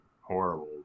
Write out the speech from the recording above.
horrible